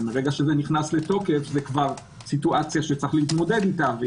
ואז כבר זה מצב שיש להתמודד איתו,